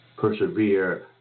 persevere